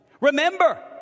Remember